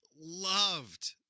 loved